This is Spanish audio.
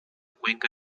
cuenca